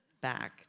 back